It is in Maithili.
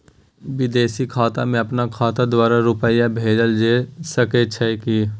विदेशी खाता में अपन खाता द्वारा रुपिया भेजल जे सके छै की?